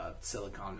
Silicon